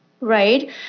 right